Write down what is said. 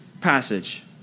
passage